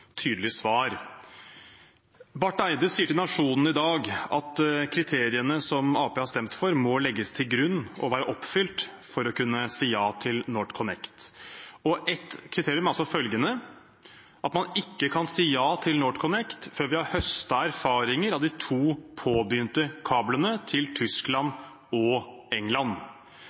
svar. Espen Barth Eide sier til Nationen i dag at kriteriene som Arbeiderpartiet har stemt for, må legges til grunn og være oppfylt for at man skal kunne si ja til NorthConnect. Ett kriterium er altså at man ikke kan si ja til NorthConnect før vi har høstet erfaringer fra de to påbegynte kablene til Tyskland og